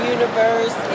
Universe